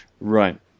right